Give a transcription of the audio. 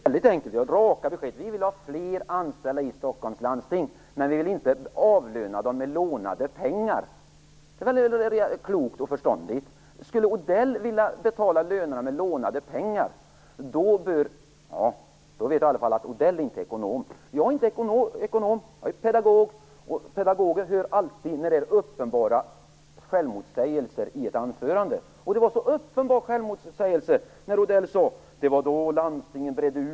Fru talman! Det är väldigt enkelt att ge raka besked: Vi vill ha fler anställda i Stockholms landsting, men vi vill inte avlöna dem med lånade pengar. Det är väl klokt och förståndigt. Skulle Mats Odell vilja betala lönerna med lånade pengar, ja, då vet jag att han i alla fall inte är ekonom. Själv är jag inte ekonom, utan jag är pedagog. Pedagoger hör alltid uppenbara självmotsägelser i ett anförande. Det var en uppenbar självmotsägelse när Mats Odell sade: Det var då landstingen bredde ut sig.